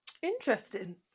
Interesting